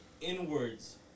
inwards